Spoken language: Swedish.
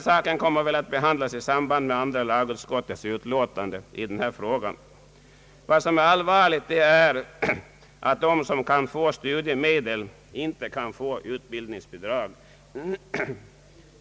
Saken kommer väl att behandlas i samband med andra lagutskottets utlåtande i denna fråga. Vad som är allvarligt det är att de som kan få studiemedel inte kan få utbildningsbidrag.